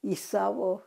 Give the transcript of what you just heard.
į savo